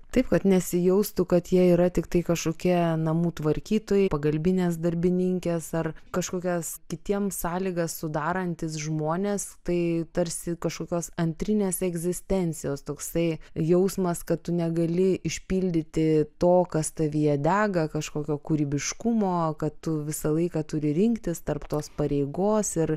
taip kad nesijaustų kad jie yra tiktai kažkokie namų tvarkytojai pagalbinės darbininkės ar kažkokias kitiems sąlygas sudarantys žmonės tai tarsi kažkokios antrinės egzistencijos toksai jausmas kad tu negali išpildyti to kas tavyje dega kažkokio kūrybiškumo kad tu visą laiką turi rinktis tarp tos pareigos ir